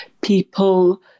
people